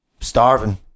Starving